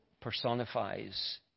personifies